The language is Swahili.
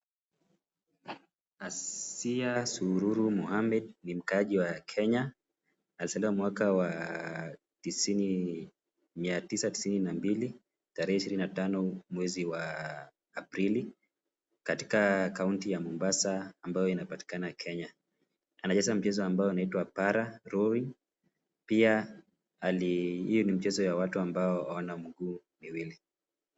Asiya Sururu Mohammed ni mkaaji wa Kenya. Alizaliwa mwaka wa mia tisa tisini na mbili, tarehe ishirini tano, mwezi wa Aprili, katika kaunti ya mombasa ambayo inapatikana Kenya. Anacheza mchezo unaojulikana kama [Para-Rowing]. Pia alii hiyo ni mchezo ya watu ambao hawana miguu miwili.